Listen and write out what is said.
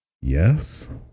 Yes